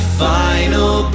final